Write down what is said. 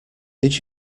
did